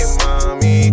mommy